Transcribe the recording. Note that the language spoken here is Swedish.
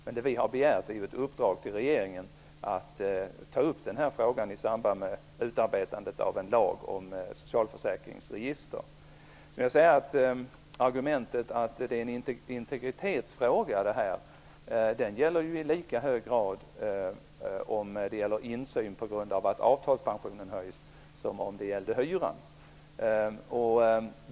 Men vi har begärt ett uppdrag till regeringen att ta upp den här frågan i samband med utarbetandet av en lag om socialförsäkringsregister. Argumentet att det är integritetsfråga gäller i lika hög grad om det gäller insyn på grund av att avtalspensionen höjs som om det gäller hyran.